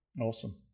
Awesome